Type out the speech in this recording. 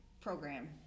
program